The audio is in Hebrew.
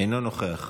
אינו נוכח.